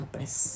Press